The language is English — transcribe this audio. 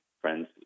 friends